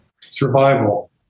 Survival